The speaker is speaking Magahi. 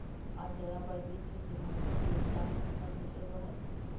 आज रबर विश्व के महत्वपूर्ण व्यावसायिक फसल में एगो हइ